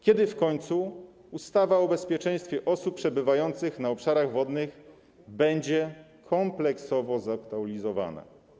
Kiedy w końcu ustawa o bezpieczeństwie osób przebywających na obszarach wodnych będzie kompleksowo zaktualizowana?